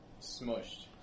smushed